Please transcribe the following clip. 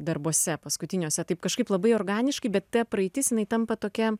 darbuose paskutiniuose taip kažkaip labai organiškai bet ta praeitis jinai tampa tokia